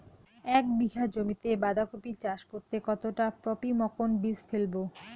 এক বিঘা জমিতে বাধাকপি চাষ করতে কতটা পপ্রীমকন বীজ ফেলবো?